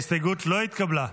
ההסתייגות לא התקבלה.